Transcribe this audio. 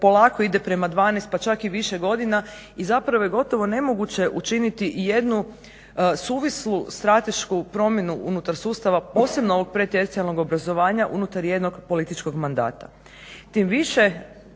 polako ide prema 12, pa čak i više godina. I zapravo je gotovo nemoguće učiniti i jednu suvislu stratešku promjenu unutar sustava posebno ovog … /Govornica se ne razumije./… obrazovanja unutar jednog političkog mandata.